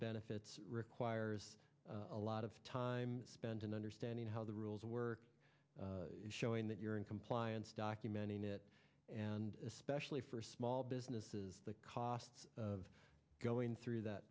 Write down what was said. benefits require a lot of time spent in understanding how the rules were showing that you're in compliance document in it and especially for small businesses the cost of going through that